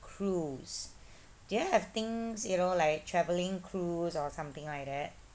cruise do you have things you know like travelling cruise or something like that